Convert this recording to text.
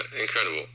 incredible